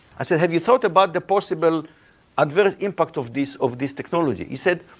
i said, have you thought about the possible adverse impact of this of this technology? he said,